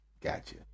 gotcha